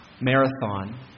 marathon